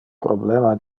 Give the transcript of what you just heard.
problema